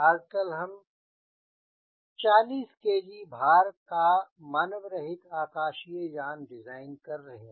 आजकल हम 40 kg भार का मानव रहित आकाशीय यान डिज़ाइन कर रहे हैं